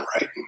right